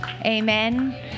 Amen